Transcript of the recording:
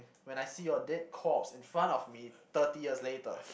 when I see your dead corpse in front of me thirty years later